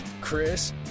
Chris